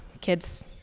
kids